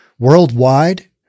worldwide